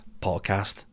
podcast